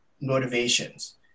motivations